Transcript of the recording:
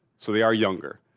so, they are younger.